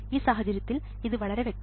ഈ സാഹചര്യത്തിൽ ഇത് വളരെ വ്യക്തമാണ്